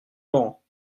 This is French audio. laurent